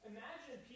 Imagine